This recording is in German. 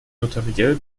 notariell